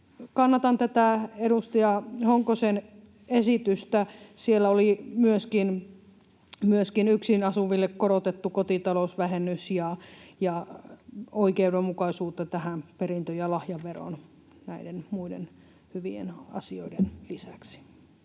Kannatan tätä edustaja Honkosen esitystä. Siellä oli myöskin yksin asuville korotettu kotitalousvähennys ja oikeudenmukaisuutta tähän perintö- ja lahjaveroon näiden muiden hyvien asioiden lisäksi.